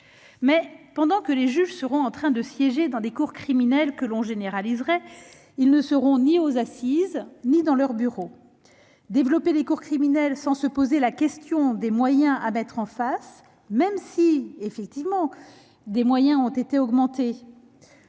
Mais pendant que les juges seront en train de siéger dans des cours criminelles que l'on généraliserait, ils ne seront ni aux assises ni dans leur bureau. Comment développer des cours criminelles sans se poser la question des moyens à leur consacrer ? Certes, les moyens ont été augmentés